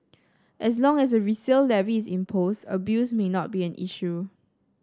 as long as a resale levy is imposed abuse may not be an issue